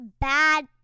bad